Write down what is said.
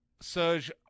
Serge